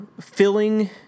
filling